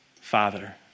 father